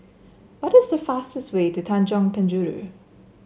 what is the fastest way to Tanjong Penjuru